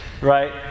Right